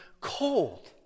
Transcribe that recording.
cold